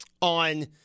on